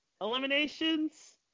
eliminations